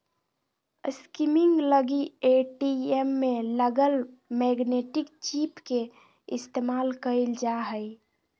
skimming लगी ATM में लगल मैग्नेटिक चिप के इस्तेमाल कइल जा हइ